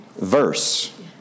verse